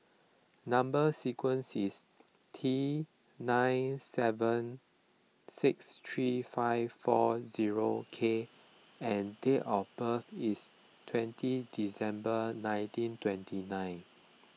Number Sequence is T nine seven six three five four zero K and date of birth is twenty December nineteen twenty nine